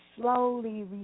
slowly